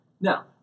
Now